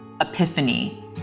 epiphany